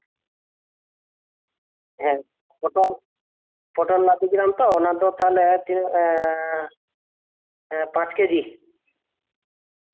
ᱦᱩᱸ ᱯᱚᱴᱚᱞ ᱯᱚᱴᱚᱞ ᱞᱟᱫᱮ ᱠᱮᱫᱟᱢ ᱛᱚ ᱚᱱᱟ ᱫᱚ ᱛᱟᱞᱦᱮ ᱛᱤᱱᱟᱹᱜ ᱮᱸ ᱯᱟᱸᱪ ᱠᱮᱡᱤ